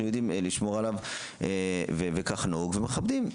יודעים לשמור עליו וכך נהוג ומכבדים.